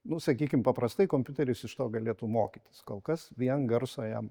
nu sakykim paprastai kompiuteris iš to galėtų mokytis kol kas vien garso jam